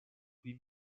huit